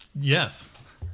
Yes